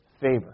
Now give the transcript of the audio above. favor